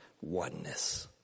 oneness